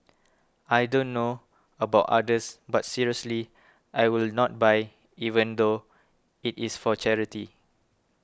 I don't know about others but seriously I will not buy even though it is for charity